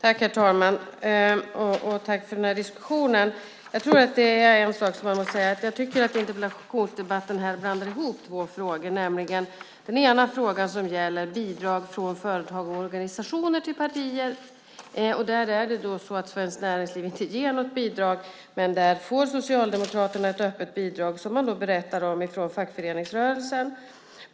Herr talman! Tack för diskussionen! Jag måste säga att jag tycker att interpellanten blandar ihop två frågor. Den ena frågan gäller bidrag från företag och organisationer till partier. Där är det så att Svenskt Näringsliv inte ger något bidrag, men Socialdemokraterna får ett öppet bidrag, som man berättar, från fackföreningsrörelsen.